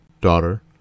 daughter